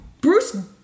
Bruce